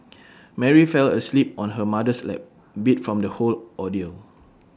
Mary fell asleep on her mother's lap beat from the whole ordeal